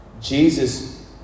Jesus